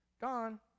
gone